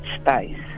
space